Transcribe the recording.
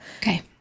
Okay